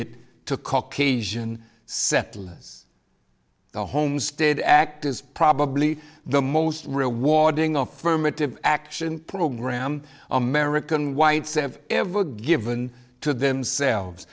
it to caucasian settlers the homestead act is probably the most rewarding affirmative action program american whites have ever given to themselves